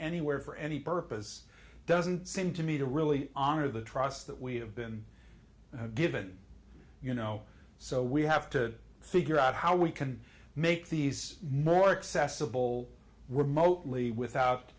anywhere for any purpose doesn't seem to me to really honor the trust that we have been given you know so we have to figure out how we can make these more accessible remotely without